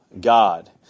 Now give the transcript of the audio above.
God